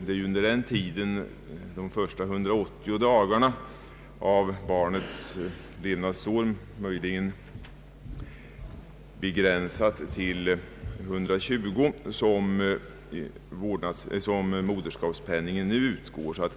Det är under barnets första 180 dagar — ibland begränsat till 120 — som moderskapspenningen nu utgår.